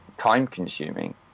time-consuming